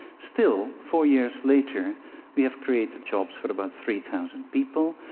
still, four years later we have created jobs for about three thousand people.